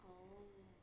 oh